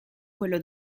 quello